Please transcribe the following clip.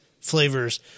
Flavors